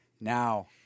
Now